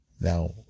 Now